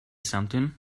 something